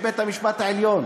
של בית-המשפט העליון,